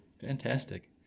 Fantastic